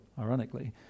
ironically